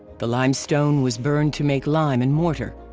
the limestone was burned to make lime and mortar.